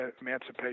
Emancipation